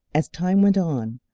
as time went on,